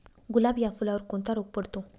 गुलाब या फुलावर कोणता रोग पडतो?